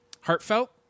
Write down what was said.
heartfelt